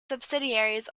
subsidiaries